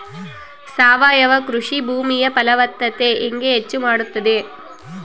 ಸಾವಯವ ಕೃಷಿ ಭೂಮಿಯ ಫಲವತ್ತತೆ ಹೆಂಗೆ ಹೆಚ್ಚು ಮಾಡುತ್ತದೆ?